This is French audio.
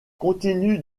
continues